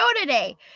today